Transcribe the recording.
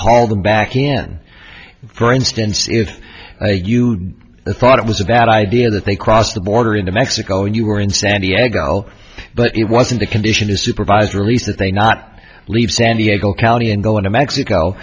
haul them back in for instance if you'd thought it was that idea that they crossed the border into mexico and you were in san diego but it wasn't a condition a supervised release that they not leave san diego county and go into mexico